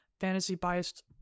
fantasy-biased